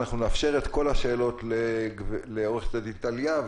אנחנו נאפשר לשאול את כל השאלות לעורכת-הדין טליה,